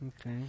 Okay